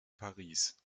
paris